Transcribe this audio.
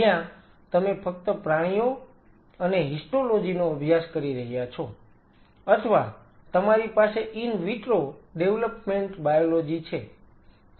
જ્યાં તમે ફક્ત પ્રાણીઓ અને હિસ્ટોલોજી નો અભ્યાસ કરી રહ્યા છો અથવા તમારી પાસે ઈન વિટ્રો ડેવલપમેન્ટ બાયોલોજી છે